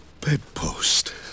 bedpost